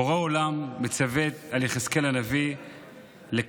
בורא עולם מצווה על יחזקאל הנביא לקרב